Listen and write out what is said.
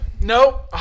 No